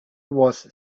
was